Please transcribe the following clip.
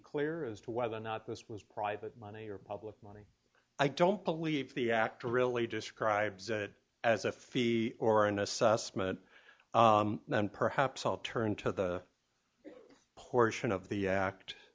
clear as to whether or not this was private money or public money i don't believe the act really describes it as a fee or an assessment and perhaps i'll turn to the portion of the act